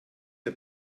ein